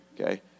Okay